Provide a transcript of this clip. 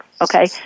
okay